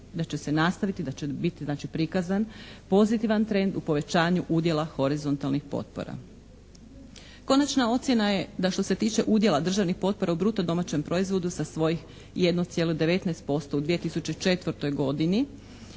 da će se nastaviti, da će biti znači prikazan pozitivan trend u povećanju udjela horizontalnih potpora. Konačna ocjena je da što se tiče udjela državnih potpora u bruto domaćem proizvodu sa svojih 1,19% u 2004. godini